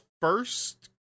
first